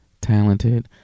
talented